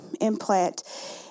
implant